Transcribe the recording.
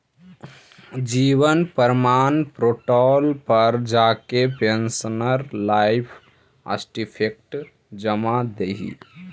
जीवन प्रमाण पोर्टल पर जाके पेंशनर लाइफ सर्टिफिकेट जमा दिहे